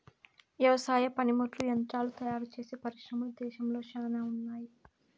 వ్యవసాయ పనిముట్లు యంత్రాలు తయారుచేసే పరిశ్రమలు దేశంలో శ్యానా ఉన్నాయి